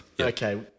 Okay